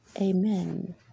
Amen